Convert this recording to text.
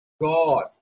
God